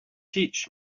teach